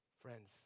Friends